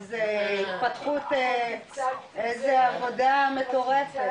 איזה התפתחות, איזה עבודה מטורפת.